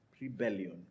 rebellion